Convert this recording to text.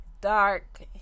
dark